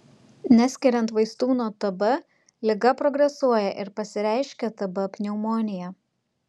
neskiriant vaistų nuo tb liga progresuoja ir pasireiškia tb pneumonija